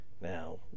Now